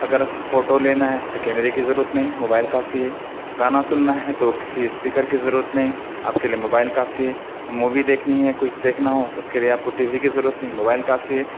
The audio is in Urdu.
اگر فوٹو لینا ہے تو کیمرے کی ضرورت نہیں موبائل کافی ہے گانا سننا ہے تو کسی اسپیکر کی ضرورت نہیں آپ کے لیے موبائل کافی ہے مووی دیکھنی ہے کچھ دیکھنا ہو اس کے لیے آپ کو ٹی وی کی ضرورت نہیں موبائل کافی ہے